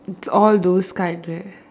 it's all those kind right